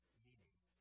meaning